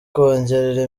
kongerera